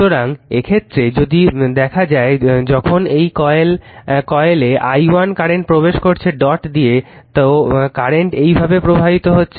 সুতরাং এক্ষেত্রে যদি দেখা যায় যখন এই কয়েলে i1 কারেন্ট প্রবেশ করছে ডট দিয়ে তো কারেন্ট এইভাবে প্রবাহিত হচ্ছে